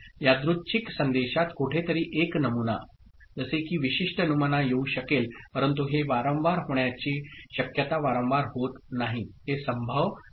यादृच्छिक संदेशात कोठेतरी एक नमुना जसे की विशिष्ट नमुना येऊ शकेल परंतु हे वारंवार होण्याची शक्यता वारंवार होत नाही हे संभव नाही